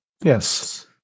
Yes